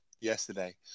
Yesterday